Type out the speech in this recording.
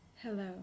Hello